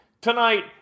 tonight